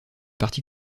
parti